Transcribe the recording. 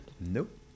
Nope